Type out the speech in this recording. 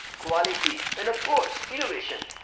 quality and, of course, innovation.